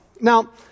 Now